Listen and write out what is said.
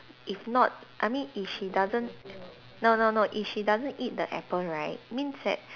if not I mean if she doesn't no no no if she doesn't eat the apple right means that